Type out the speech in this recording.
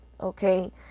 okay